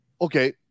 Okay